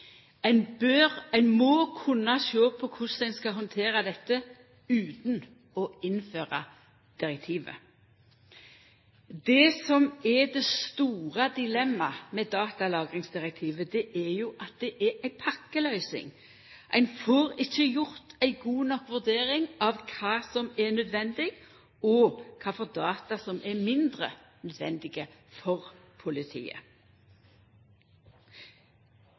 Ein må kunna sjå på korleis ein skal handtera dette utan å innføra direktivet. Det som er det store dilemmaet med datalagringsdirektivet, er jo at det er ei pakkeløysing. Ein får ikkje gjort ei god nok vurdering av kva som er nødvendig, og kva for data som er mindre nødvendige for politiet.